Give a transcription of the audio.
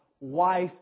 wife